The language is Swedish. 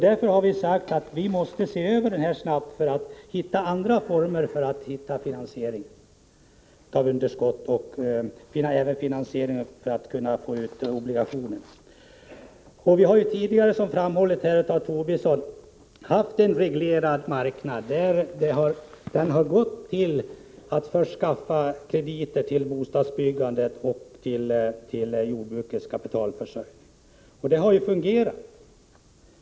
Därför har vi sagt att vi snabbt måste se över detta för att hitta andra former för att finansiera underskott och utgivning av obligationer. Vi har tidigare, som framhållits av Lars Tobisson, haft en reglerad marknad där krediter först har skaffats till bostadsbyggandet och till jordbrukets kapitalförsörjning. Det har ju fungerat.